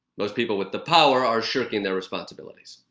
those people with the power are shirking their responsibilities.